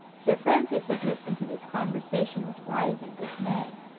sir francis had listened to this conversation with rising dismay.